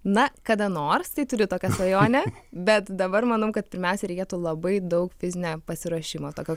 na kada nors tai turiu tokią svajonę bet dabar manau kad pirmiausia reikėtų labai daug fizinio pasiruošimo tokio